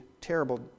terrible